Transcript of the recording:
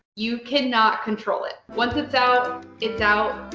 you cannot control it. once it's out, it's out.